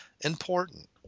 important